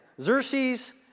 Xerxes